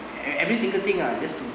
every single thing uh just to